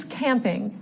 camping